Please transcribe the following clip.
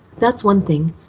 that's one thing.